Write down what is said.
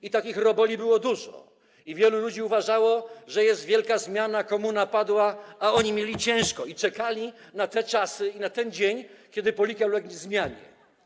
I takich roboli było dużo i wielu ludzi uważało, że jest wielka zmiana, komuna padła, a oni mieli ciężko i czekali na te czasy i na ten dzień, kiedy polityka ulegnie zmianie.